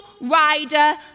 rider